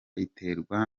iterwa